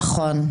נכון.